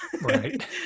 right